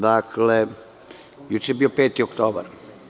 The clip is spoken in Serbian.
Dakle, juče je bio 5. oktobar.